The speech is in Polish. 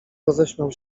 roześmiał